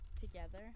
together